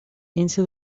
into